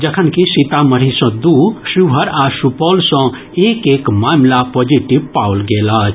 जखनकि सीतामढ़ी सॅ दू शिवहर आ सुपौल सॅ एक एक मामिला पॉजिटिव पाओल गेल अछि